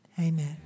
amen